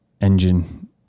engine